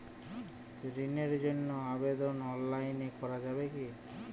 ঋণের জন্য আবেদন অনলাইনে করা যাবে কি?